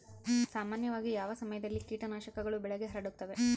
ಸಾಮಾನ್ಯವಾಗಿ ಯಾವ ಸಮಯದಲ್ಲಿ ಕೇಟನಾಶಕಗಳು ಬೆಳೆಗೆ ಹರಡುತ್ತವೆ?